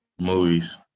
Movies